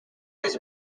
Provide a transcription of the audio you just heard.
his